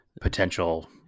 potential